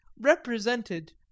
represented